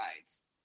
rides